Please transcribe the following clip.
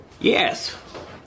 Yes